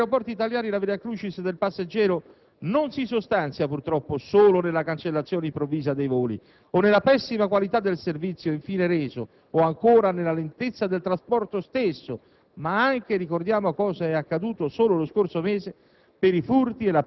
seri provvedimenti contro gli autori, i quali senz'altro sarebbero perseguiti. Negli aeroporti italiani, però, la *via crucis* del passeggero non si sostanzia, purtroppo, solo nella cancellazione improvvisa dei voli o nella pessima qualità del servizio infine reso o, ancora, nella lentezza del trasporto stesso,